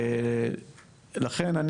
לכן,